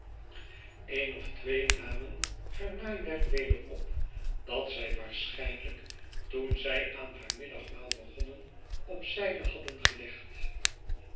een of twee namen haar naaiwerk weder op dat zij waarschijnlijk toen zij aan haar mid dagmaal begonnen op zijde hadden gelegd